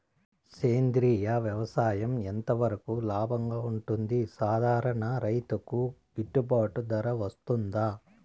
సేంద్రియ వ్యవసాయం ఎంత వరకు లాభంగా ఉంటుంది, సాధారణ రైతుకు గిట్టుబాటు ధర వస్తుందా?